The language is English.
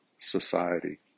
society